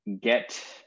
get